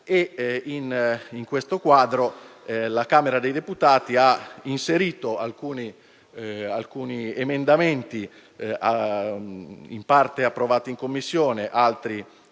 In questo quadro, la Camera dei deputati ha inserito alcuni emendamenti, in parte approvati in Commissione e altri